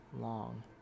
long